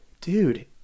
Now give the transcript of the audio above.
Dude